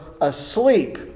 asleep